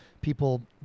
people